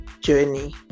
journey